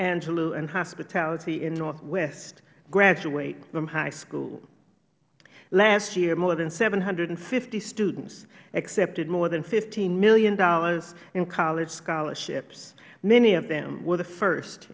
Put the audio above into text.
angelou and hospitality in northwest graduate from high school last year more than seven hundred and fifty students accepted more than fifteen dollars million in college scholarships many of them were the first